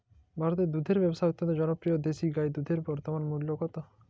ভারতে দুধের ব্যাবসা অত্যন্ত জনপ্রিয় দেশি গাই দুধের বর্তমান মূল্য কত?